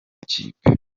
ikipe